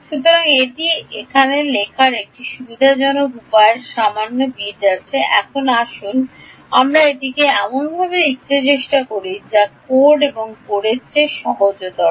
সুতরাং এখানে এটি লেখার একটি সুবিধাজনক উপায়ের সামান্য বিট আছে এখন আসুন আমরা এটিকে এমনভাবে লিখতে চেষ্টা করি যা কোড কোডের চেয়ে সহজতর